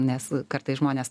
nes kartais žmonės